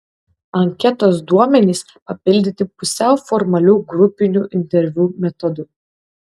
anketos duomenys papildyti pusiau formalių grupinių interviu metodu